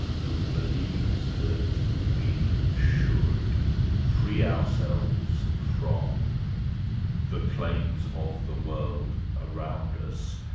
who believes that we should free ourselves from the claims of the world around us.